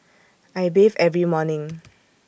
I bathe every morning